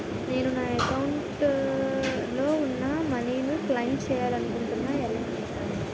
నేను నా యెక్క అకౌంట్ లో ఉన్న మనీ ను క్లైమ్ చేయాలనుకుంటున్నా ఎలా?